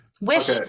Wish